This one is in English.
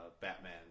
Batman